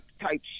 type